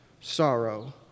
sorrow